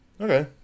Okay